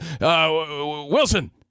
Wilson